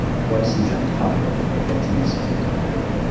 twice he jumped high over their heads and escaped unhurt.